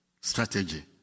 strategy